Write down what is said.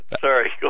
sorry